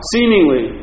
Seemingly